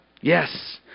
yes